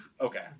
okay